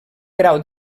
grau